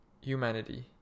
humanity